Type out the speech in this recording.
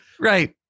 Right